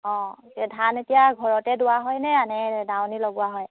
অঁ এতিয়া ধান এতিয়া ঘৰতে দোৱা হয়নে আনে দাৱনী লগোৱা হয়